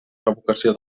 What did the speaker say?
revocació